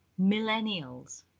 millennials